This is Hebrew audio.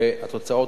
והתוצאות,